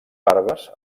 barbes